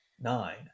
nine